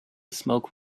smoke